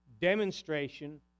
demonstration